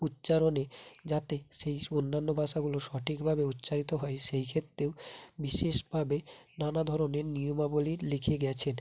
উচ্চারণে যাতে সেই স্ অন্যান্য ভাষাগুলো সঠিকভাবে উচ্চারিত হয় সেইক্ষেত্রেও বিশেষভাবে নানা ধরনের নিয়মাবলী লিখে গিয়েছেন